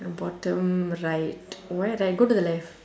bottom right why right go to the left